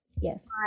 yes